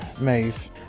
move